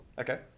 Okay